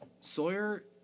Sawyer